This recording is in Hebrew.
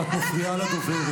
אתם תומכים